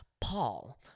Paul